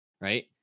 right